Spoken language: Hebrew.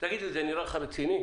תגיד לי, זה נראה לך רציני?